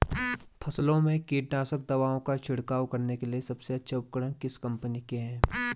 फसलों में कीटनाशक दवाओं का छिड़काव करने के लिए सबसे अच्छे उपकरण किस कंपनी के हैं?